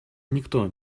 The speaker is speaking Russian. никто